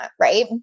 right